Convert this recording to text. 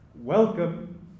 welcome